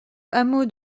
hameau